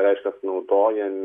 reiškias naudojami